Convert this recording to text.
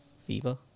Fever